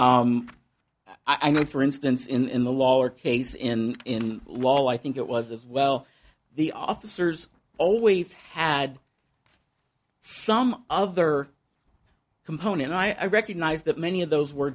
cited i mean for instance in the lower case in law i think it was as well the officers always had some other component i recognize that many of those were